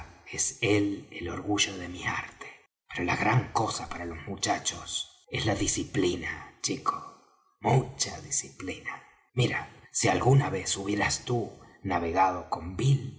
es él el orgullo de mi arte pero la gran cosa para los muchachos es la disciplina chico mucha disciplina mira si alguna vez hubieras tú navegado con bill